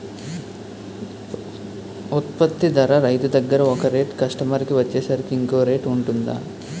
ఉత్పత్తి ధర రైతు దగ్గర ఒక రేట్ కస్టమర్ కి వచ్చేసరికి ఇంకో రేట్ వుంటుందా?